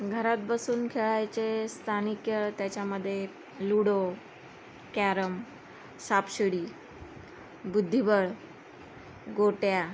घरात बसून खेळायचे स्थानिक खेळ त्याच्यामध्ये लूडो कॅरम सापशिडी बुद्धिबळ गोट्या